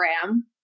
program